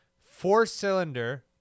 Four-cylinder